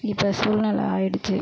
இப்போ சூழ்நெல ஆகிடுச்சு